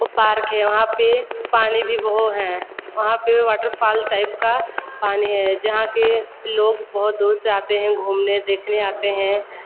park है वहाँ पे पानी भी वो है वहाँ पे वॉटरफॉल टाइप का पानी है जहाँ के लोग बहुत दूर से आते हैं घूमने देखने आते हैं